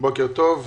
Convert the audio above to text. בוקר טוב.